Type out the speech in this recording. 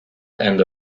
and